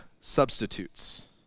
substitutes